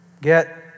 get